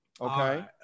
okay